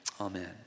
Amen